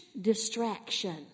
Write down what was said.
distraction